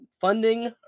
Funding